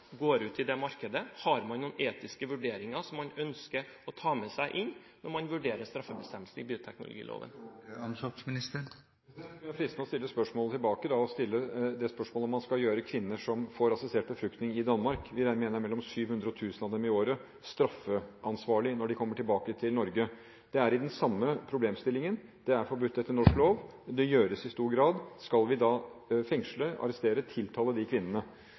går ut i det markedet? Har man noen etiske vurderinger som man ønsker å ta med seg når man vurderer straffebestemmelsene i bioteknologiloven? Det kunne være fristende å stille spørsmålet tilbake: Hvorvidt skal man gjøre kvinner som får assistert befruktning i Danmark, det er mellom 700 og 1 000 av dem i året, straffansvarlig når de kommer tilbake til Norge? Det er den samme problemstillingen, det er forbudt etter norsk lov, og det gjøres i stor grad. Skal man da fengsle, arrestere og tiltale de kvinnene?